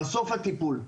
בסוף הטיפול,